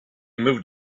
moved